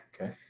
Okay